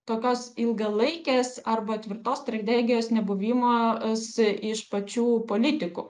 tokios ilgalaikės arba tvirtos strategijos nebuvimas iš pačių politikų